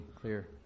clear